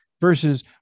versus